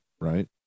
right